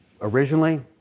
Originally